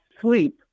sleep